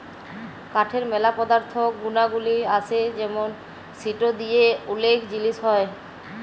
কাঠের ম্যালা পদার্থ গুনাগলি আসে যেমন সিটো দিয়ে ওলেক জিলিস হ্যয়